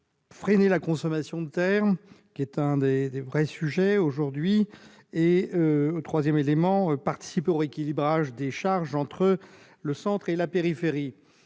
freiner la consommation de terres qui est un des vrais sujets aujourd'hui ; participer au rééquilibrage des charges entre le centre et la périphérie.